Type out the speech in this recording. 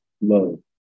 love